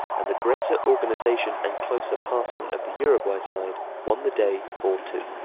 and the greater organisation and closer passing of the uruguay side won the day four two.